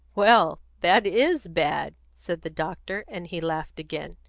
well, that is bad, said the doctor, and he laughed again.